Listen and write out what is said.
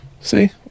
See